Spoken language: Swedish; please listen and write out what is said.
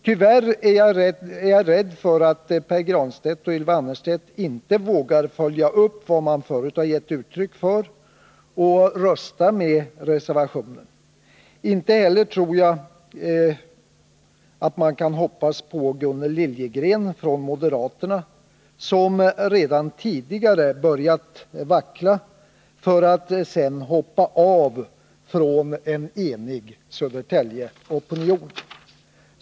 Tyvärr är jag rädd att Pär Granstedt och Ylva Annerstedt inte vågar följa upp vad de förut har givit uttryck för och rösta med reservationen. Inte heller tror jag att man kan hoppas på Gunnel Liljegren från moderaterna, som redan tidigare börjat vackla för att sedan hoppa av från en enig Södertäljeopinion.